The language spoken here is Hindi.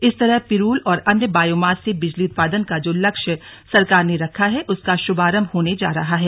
इस तरह पिरूल और अन्य बायोमास से बिजली उत्पादन का जो लक्ष्य सरकार ने रखा है उसका शुभारंभ होने जा रहा है